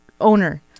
owner